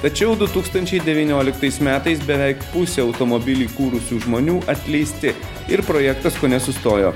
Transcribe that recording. tačiau du tūkstančiai devynioliktais metais beveik pusė automobilį kūrusių žmonių atleisti ir projektas kone sustojo